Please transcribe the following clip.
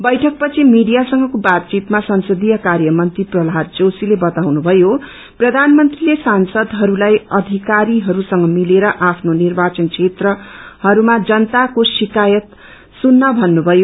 बैठक पछि मीडियासँगको बातचितमा संसदीय कार्य मन्त्री प्रहलाद जोशीले बताउनु भयो प्रथानमन्त्रीले सांसदहस्ताई अथिकारीहरूसँग मिलेर आफ्नो निर्वाचन क्षेत्रहरूमा जनताको शिकायत सुन्न भन्नुभयो